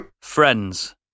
Friends